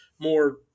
more